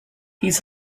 his